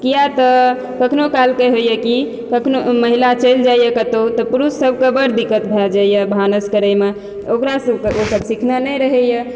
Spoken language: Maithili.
किआ तऽ कखनो कालके होयए कि कखनो महिला चलि जायए कतहुँ तऽ पुरुषसभकऽ बड्ड दिक्कत भए जायए भानस करयमऽ ओकरासभकऽ ओसभ सीखने नहि रहयए